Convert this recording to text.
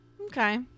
Okay